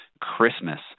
Christmas